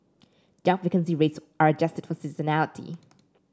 job vacancy rates are adjusted for seasonality